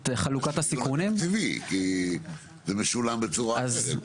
כי זה משולם בצורה אחרת.